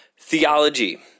Theology